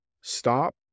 stop